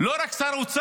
הוא לא רק שר האוצר,